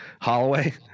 Holloway